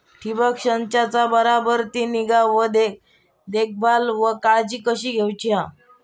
ठिबक संचाचा बराबर ती निगा व देखभाल व काळजी कशी घेऊची हा?